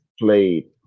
played